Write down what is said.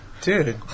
Dude